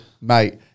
Mate